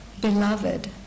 beloved